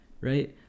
right